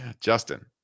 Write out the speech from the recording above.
Justin